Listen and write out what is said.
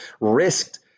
risked